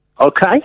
Okay